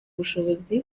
ubushobozi